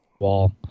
wall